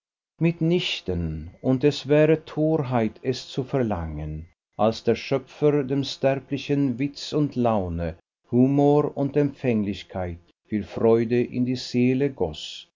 mitnichten und es wäre torheit es zu verlangen als der schöpfer dem sterblichen witz und laune humor und empfänglichkeit für freude in die seele goß